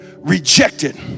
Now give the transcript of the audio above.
rejected